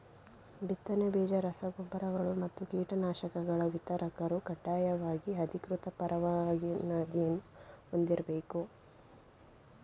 ಬಿತ್ತನೆ ಬೀಜ ರಸ ಗೊಬ್ಬರಗಳು ಮತ್ತು ಕೀಟನಾಶಕಗಳ ವಿತರಕರು ಕಡ್ಡಾಯವಾಗಿ ಅಧಿಕೃತ ಪರವಾನಗಿಯನ್ನೂ ಹೊಂದಿರ್ಬೇಕು